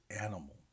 animal